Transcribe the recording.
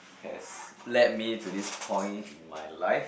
has led me to this point in my life